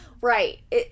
Right